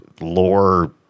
lore